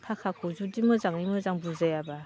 थाखाखौ जुदि मोजाङै मोजां बुजायाब्ला